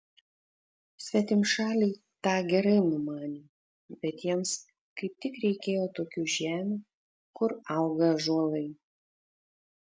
svetimšaliai tą gerai numanė bet jiems kaip tik reikėjo tokių žemių kur auga ąžuolai